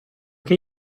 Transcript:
che